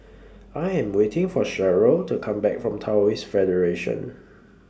I Am waiting For Cheryll to Come Back from Taoist Federation